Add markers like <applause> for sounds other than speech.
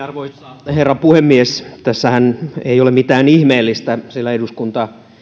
<unintelligible> arvoisa herra puhemies tässähän ei ole mitään ihmeellistä sillä eduskunta